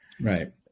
right